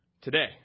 today